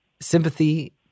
sympathy